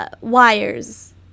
wires